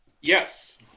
yes